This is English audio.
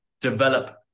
develop